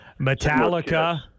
Metallica